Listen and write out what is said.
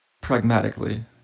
pragmatically